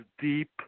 deep